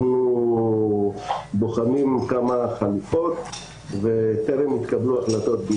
אנחנו בוחנים כמה חלופות וטרם התקבלו החלטות.